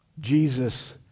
Jesus